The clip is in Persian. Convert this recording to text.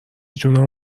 جونم